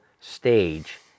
stage